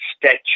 statue